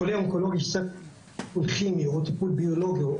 חולה אונקולוגי בטיפול ביולוגי,